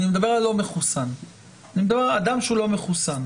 אני מדבר על אדם לא מחוסן.